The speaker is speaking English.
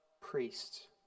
Priests